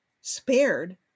spared